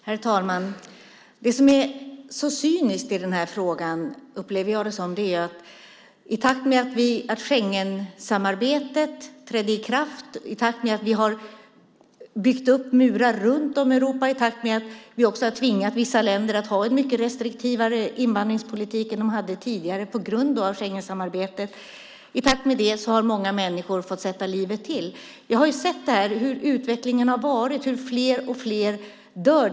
Herr talman! Det som är så cyniskt i den här frågan, som jag upplever det, är att i takt med att Schengenarbetet träder i kraft, i takt med att vi har byggt upp murar runt om Europa och i takt med att vi på grund av Schengensamarbetet har tvingat vissa länder att ha en mycket restriktivare invandringspolitik än vad de hade tidigare har många människor fått sätta livet till. Jag har sett hur utvecklingen har varit, hur fler och fler dör.